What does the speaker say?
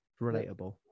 Relatable